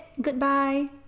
Goodbye